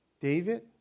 David